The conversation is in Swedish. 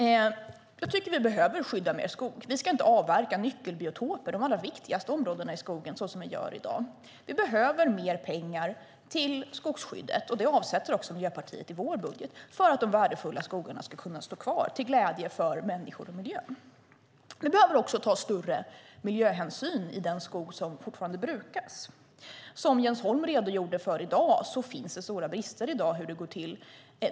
Vi behöver skydda mer skog. Vi ska inte avverka nyckelbiotoper, de allra viktigaste områdena i skogen, såsom vi gör i dag. Vi behöver mer pengar till skogsskyddet, och det avsätter vi i Miljöpartiet också i vår budget för att de värdefulla skogarna ska kunna stå kvar till glädje för människor och miljön. Vi behöver ta större miljöhänsyn i den skog som fortfarande brukas. Som Jens Holm redogjorde för finns det stora brister i dag i hur det går till.